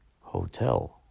hotel